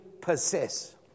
possess